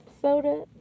soda